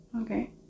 Okay